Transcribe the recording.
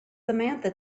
samantha